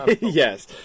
Yes